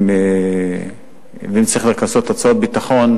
אם צריך לכסות הוצאות ביטחון,